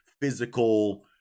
physical